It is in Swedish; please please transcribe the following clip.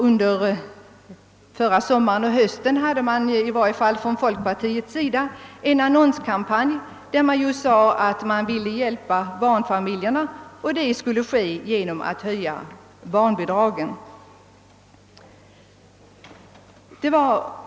Under förra sommaren och hösten fördes — i varje fall från folkpartiets sida — en annonskampanj där det framhölls att man ville hjälpa barnfamiljerna genom att höja barnbidragen.